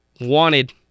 wanted